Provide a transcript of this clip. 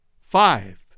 five